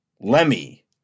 Lemmy